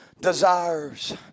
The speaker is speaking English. desires